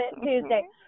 Tuesday